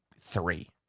three